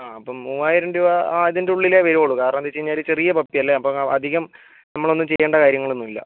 ആ അപ്പം മൂവായിരം രൂപ അതിൻ്റ ഉള്ളിലേ വരൂള്ളൂ കാരണമെന്ന് വെച്ചാൽ ചെറിയ പപ്പി അല്ലേ അപ്പോൾ അധികം നമ്മളൊന്നും ചെയ്യേണ്ട കാര്യങ്ങളൊന്നുമില്ല